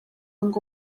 ngo